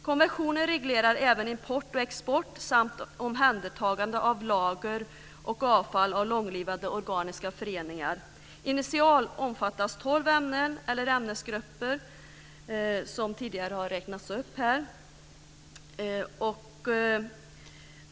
Konventionen reglerar även import och export samt omhändertagande av lager och avfall av långlivade organiska föroreningar. Initialt omfattas tolv ämnen eller ämnesgrupper som tidigare har räknats upp här.